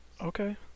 Okay